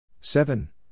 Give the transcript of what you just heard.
Seven